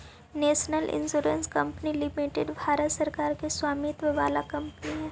national insurance company limited Bharat सरकार के स्वामित्व वाला कंपनी हई